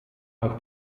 auch